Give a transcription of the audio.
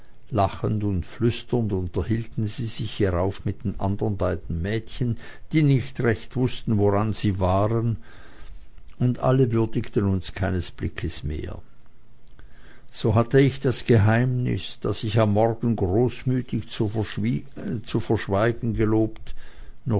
lachend und flüsternd unterhielten sie sich hierauf mit den anderen beiden mädchen die nicht recht wußten woran sie waren und alle würdigten uns keines blickes mehr so hatte ich das geheimnis das ich am morgen großmütig zu verschweigen gelobt